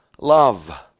Love